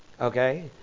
Okay